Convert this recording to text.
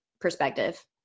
perspective